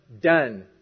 Done